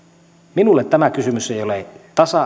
minulle tämä kysymys ei ole tasa